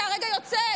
אתה הרגע יוצא,